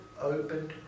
opened